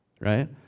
right